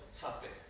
topic